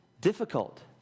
difficult